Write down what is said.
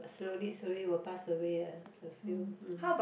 but slowly slowly will pass away uh a few mm